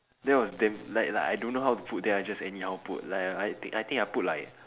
that was damn li~ like I don't know how to put then I just anyhow put li~ like I think I think I put like